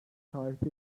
tarihte